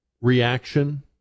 reaction